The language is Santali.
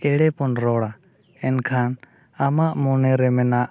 ᱮᱬᱮ ᱵᱚᱱ ᱨᱚᱲᱟ ᱮᱱᱠᱷᱟᱱ ᱟᱢᱟᱜ ᱢᱚᱱᱮ ᱨᱮ ᱢᱮᱱᱟᱜ